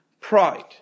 Pride